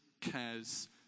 cares